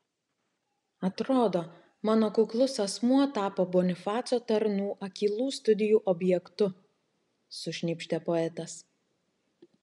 atrodo mano kuklus asmuo tapo bonifaco tarnų akylų studijų objektu sušnypštė poetas